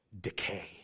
decay